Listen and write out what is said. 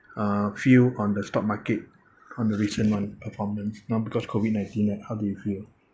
uh view on the stock market on the recent [one] performance you know because COVID nineteen right how do you feel